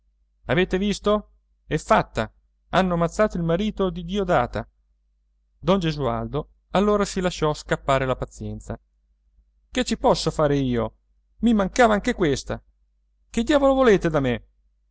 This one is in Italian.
avete visto è fatta hanno ammazzato il marito di diodata don gesualdo allora si lasciò scappare la pazienza che ci posso fare io i mancava anche questa che diavolo volete da me